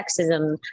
sexism